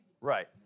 Right